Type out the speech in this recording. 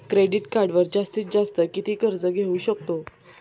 Credit कार्डवर जास्तीत जास्त किती कर्ज घेऊ शकतो?